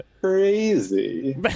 crazy